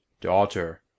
Daughter